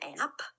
app